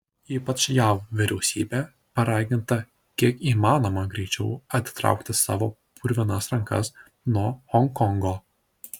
ypač jav vyriausybė paraginta kiek įmanoma greičiau atitraukti savo purvinas rankas nuo honkongo